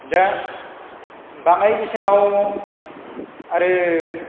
दा बाङाय बेसेनाव आरो